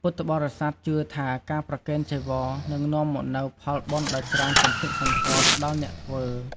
ពុទ្ធបរិស័ទជឿថា ការប្រគេនចីវរ នឹងនាំមកនូវផលបុណ្យដ៏ច្រើនសន្ធឹកសន្ធាប់ដល់អ្នកធ្វើ។